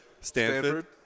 Stanford